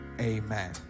Amen